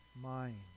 mind